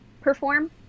perform